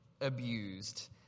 abused